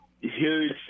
huge